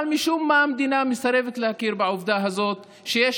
אבל משום מה המדינה מסרבת להכיר בעובדה הזאת שיש